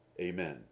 Amen